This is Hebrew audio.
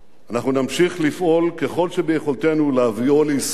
אנחנו נמשיך לפעול ככל שביכולתנו להביאו לישראל,